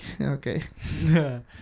Okay